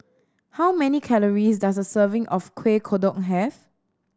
how many calories does a serving of Kueh Kodok have